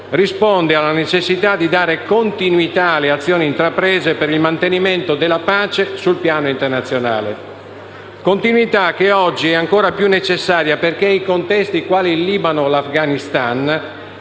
risponde alla necessità di dare continuità alle azioni intraprese per il mantenimento della pace sul piano nazionale, continuità che oggi è ancora più necessaria perché i contesti quali il Libano o l'Afghanistan